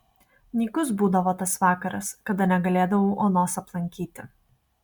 nykus būdavo tas vakaras kada negalėdavau onos aplankyti